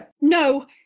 No